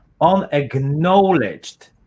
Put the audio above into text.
Unacknowledged